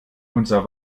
unser